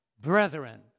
brethren